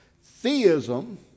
theism